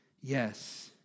Yes